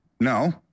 no